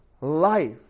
life